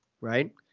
right